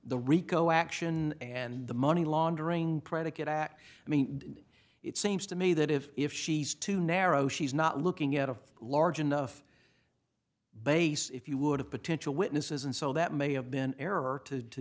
the rico action and the money laundering predicate act i mean it seems to me that if if she's too narrow she's not looking at a large enough base if you would of potential witnesses and so that may have been an error to